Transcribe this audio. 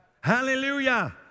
Hallelujah